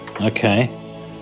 Okay